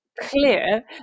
clear